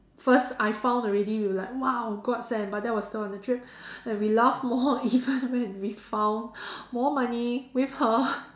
first I found already we were like !wow! god send but that was still on the trip and we laugh more even when we found more money with her